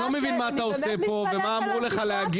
אני לא מבין מה אתה עושה פה ומה אמרו לך להגיד.